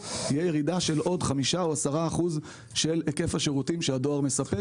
תהיה ירידה של עוד חמישה או עשרה אחוזים בהיקף השירותים שהדואר מספק.